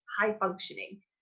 high-functioning